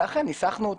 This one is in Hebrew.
ואכן ניסחנו אותו.